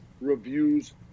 reviews